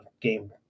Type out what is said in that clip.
game